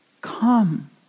Come